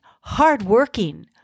hardworking